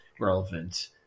relevant